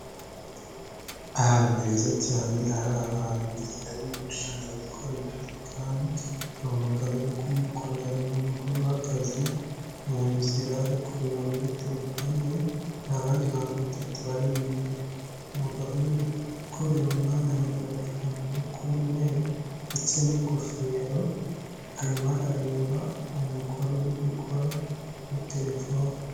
Ahantu heza cyane hari abantu umwana wikoresha ijerekani hari umugabo uri kumukorera hari n'umugore bahagaze mu nzira ari kureba muri telefone ye, hari abandi bantu batatu bari inyuma umugabo uri gukorera umwana yambaye agapfukamunwa k'umweru ndetse n'ingofero, arimara arareba uwo mugore uri ukora muri telefone.